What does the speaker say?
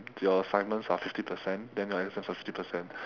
your assignments are fifty percent then your exams are fifty percent